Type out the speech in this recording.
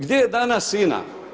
Gdje je danas INA?